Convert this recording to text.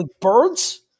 birds